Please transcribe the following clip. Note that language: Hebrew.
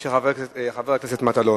של חבר הכנסת מטלון.